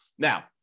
Now